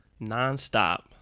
nonstop